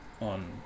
on